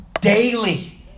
daily